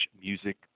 music